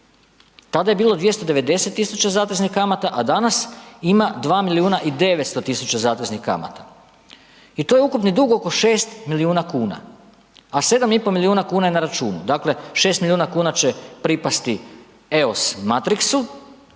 Tada je bilo 290 000 zateznih kamata a danas ima 2 milijuna i 900 000 zateznih kamata. I to je ukupni dug oko 6 milijuna kuna. A 7,5 milijuna kuna je na računu, dakle 6 milijuna kuna će pripasti EOS Matrixu